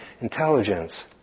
intelligence